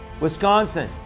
Wisconsin